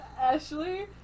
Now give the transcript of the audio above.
Ashley